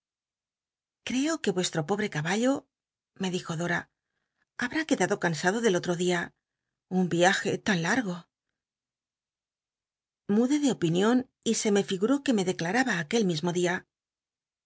gl'eoc ue vuestro po bl'e caballo me dijo dora habtü quedado cansado del otro dia un viaje tan latgo lludé de opinion y se me figuró que me declnraba aquel mismo día